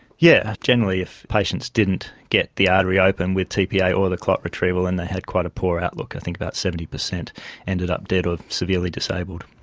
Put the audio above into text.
yeah generally if patients didn't get the artery open with tpa or the clot retrieval then and they had quite a poor outlook. i think about seventy percent ended up dead or severely disabled.